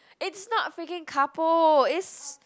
it's not freaking couple it's